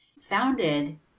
founded